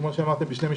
כמו שאמרתי,